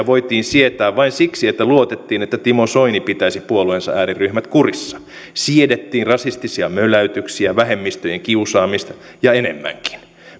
voitiin sietää vain siksi että luotettiin että timo soini pitäisi puolueensa ääriryhmät kurissa siedettiin rasistisia möläytyksiä vähemmistöjen kiusaamista ja enemmänkin